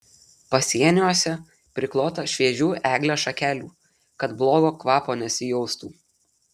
pasieniuose priklota šviežių eglės šakelių kad blogo kvapo nesijaustų